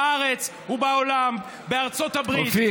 בארץ ובעולם, בארצות הברית, אופיר.